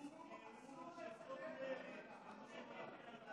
אסור לצלם בבית המשפט העליון האמריקאי.